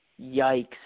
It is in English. Yikes